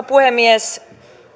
puhemies